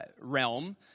realm